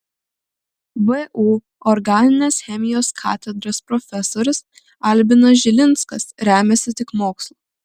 vu organinės chemijos katedros profesorius albinas žilinskas remiasi tik mokslu